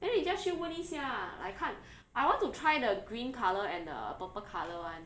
then 你 just 去问一下 like 看 I want to try the green colour and the purple colour [one]